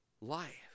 life